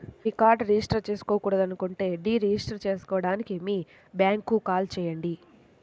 మీ కార్డ్ను రిజిస్టర్ చేయకూడదనుకుంటే deregister చేయడానికి మీ బ్యాంక్కు కాల్ చేయండి